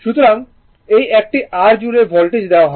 সুতরাং এই একটি R জুড়ে ভোল্টেজ দেওয়া হয়